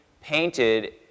painted